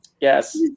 yes